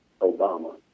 Obama